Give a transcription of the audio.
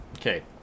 Okay